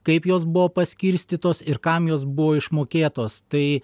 kaip jos buvo paskirstytos ir kam jos buvo išmokėtos tai